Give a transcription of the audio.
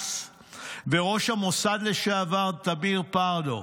גנץ וראש המוסד לשעבר תמיר פרדו.